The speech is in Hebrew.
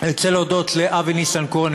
אני רוצה להודות לאבי ניסנקורן,